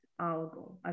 Algo